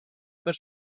per